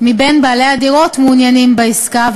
מבין בעלי הדירות מעוניינים בעסקה,